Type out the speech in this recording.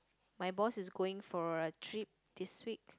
my boss is going for a trip this week